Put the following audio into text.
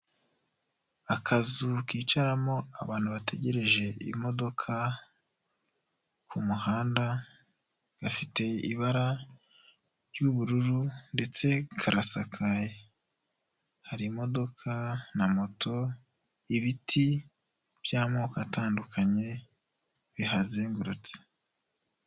Akazu kicaramo abantu bategereje imodoka ku muhanda gafite ibara ry'ubururu ndetse karasakaye. Hari imodoka na moto, ibiti by'amoko atandukanye bihazengurutse.